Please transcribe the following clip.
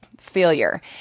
failure